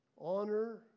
Honor